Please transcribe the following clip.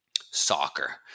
Soccer